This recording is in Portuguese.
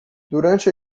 durante